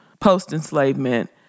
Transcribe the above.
post-enslavement